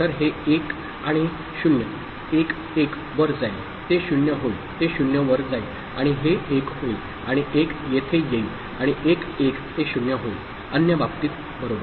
तर हे 1 आणि 0 1 1 वर जाईल ते 0 होईल ते 0 वर जाईल आणि हे 1 होईल आणि 1 येथे येईल आणि 1 1 ते 0 होईल अन्य बाबतीत बरोबर